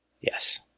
Yes